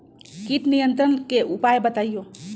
किट नियंत्रण के उपाय बतइयो?